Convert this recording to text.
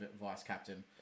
vice-captain